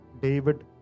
David